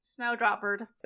Snowdroppered